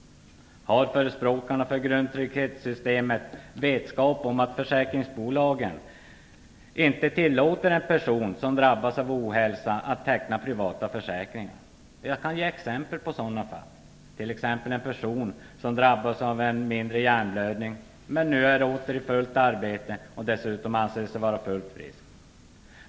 Har förespråkarna för grundtrygghetssystemet vetskap om att försäkringsbolagen inte tillåter en person som drabbats av ohälsa att teckna privata försäkringar? Jag kan ge exempel på ett sådant fall. Det är en person som drabbats av en mindre hjärnblödning, men nu är åter i fullt arbete och dessutom anser sig vara fullt frisk.